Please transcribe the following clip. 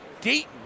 Dayton